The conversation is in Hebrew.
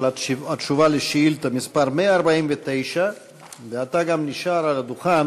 התשובה על שאילתה מס' 149. אתה גם נשאר על הדוכן